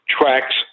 tracks